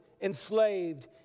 enslaved